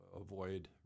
avoid